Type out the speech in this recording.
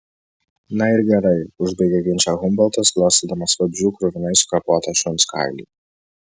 na ir gerai užbaigė ginčą humboltas glostydamas vabzdžių kruvinai sukapotą šuns kailį